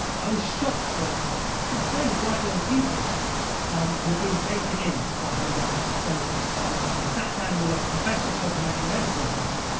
i was shocked that fairly bright young people were being taken in by homeopathy. so i sat down with a professor of complementary medicine, in fact.